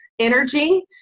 energy